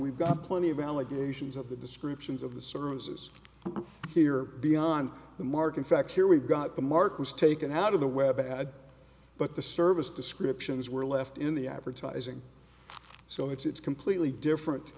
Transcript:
we've got plenty of allegations of the descriptions of the services here beyond the mark in fact here we've got the mark was taken out of the web ad but the service descriptions were left in the advertising so it's completely different